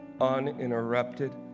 uninterrupted